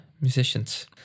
musicians